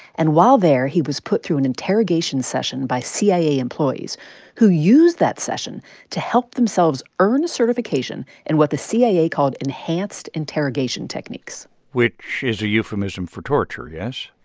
and while there, he was put through an interrogation session by cia employees who used that session to help themselves earn a certification in what the cia called enhanced interrogation techniques which is a euphemism for torture, yes?